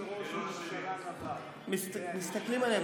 מסתכלים עלינו.